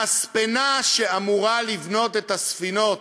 המספנה שאמורה לבנות את הספינות,